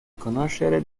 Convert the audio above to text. conoscere